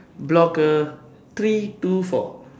block uh three two four